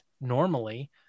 normally